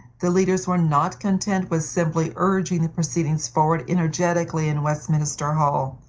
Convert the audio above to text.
the leaders were not content with simply urging the proceedings forward energetically in westminster hall.